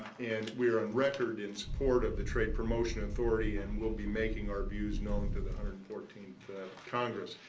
and, we're on record in support of the trade promotion authority and will be making our views known to the one hundred and fourteenth congress.